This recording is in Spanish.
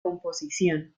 composición